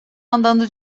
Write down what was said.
andando